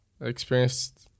experienced